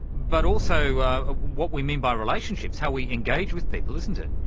but also um ah what we mean by relationships, how we engage with people, isn't it?